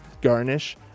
garnish